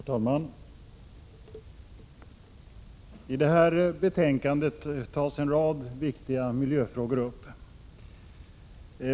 Herr talman! I det betänkande vi nu behandlar tas en rad viktiga miljöfrågor upp.